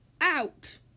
Out